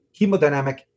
hemodynamic